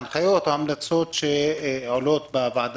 הנחיות או המלצות שעולות בוועדה.